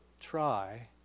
try